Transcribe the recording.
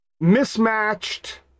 mismatched